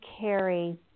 carry